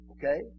Okay